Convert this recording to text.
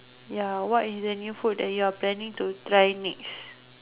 ya what is the new food that you are planning to try next